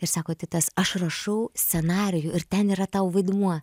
ir sako titas aš rašau scenarijų ir ten yra tau vaidmuo